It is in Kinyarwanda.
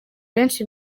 benshi